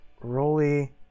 Rolly